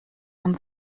von